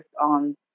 on